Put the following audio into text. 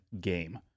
game